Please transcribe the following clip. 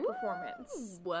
performance